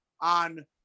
on